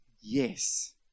Yes